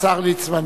השר ליצמן,